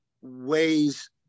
ways